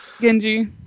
Genji